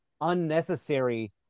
unnecessary